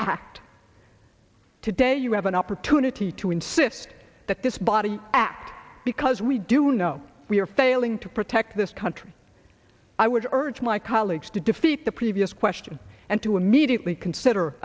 act today you have an opportunity to insist that this body act because we do know we are failing to protect this country i would urge my colleagues to defeat the previous question and to immediately consider